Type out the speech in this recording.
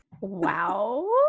Wow